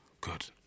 Good